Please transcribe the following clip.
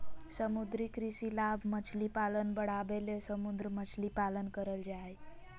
समुद्री कृषि लाभ मछली पालन बढ़ाबे ले समुद्र मछली पालन करल जय हइ